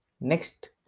Next